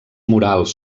murals